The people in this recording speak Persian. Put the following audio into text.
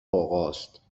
آقاست